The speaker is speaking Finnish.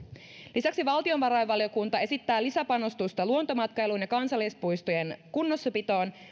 lisäksi valtiovarainvaliokunta esittää lisäpanostusta luontomatkailuun ja kansallispuistojen kunnossapitoon